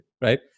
right